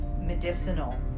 medicinal